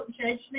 judgment